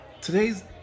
Today's